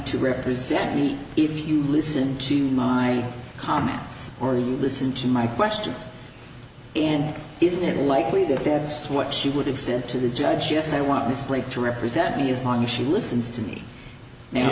to represent me if you listen to my comments or you listen to my questions and isn't it likely that this what she would have sent to the judge yes i want this break to represent me as long as she listens to me now